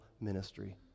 ministry